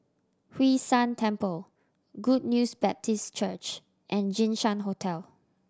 Hwee San Temple Good News Baptist Church and Jinshan Hotel